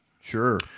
Sure